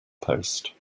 post